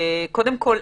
קודם כול,